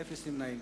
אין נמנעים.